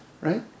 Right